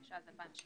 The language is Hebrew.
התשע"ז-2017.